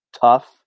tough